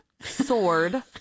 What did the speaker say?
Sword